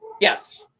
Yes